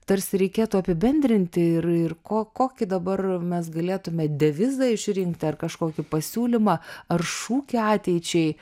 tarsi reikėtų apibendrinti ir ir ko kokį dabar mes galėtume devizą išrinkti ar kažkokį pasiūlymą ar šūkį ateičiai